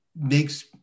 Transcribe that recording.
makes